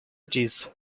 disso